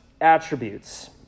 attributes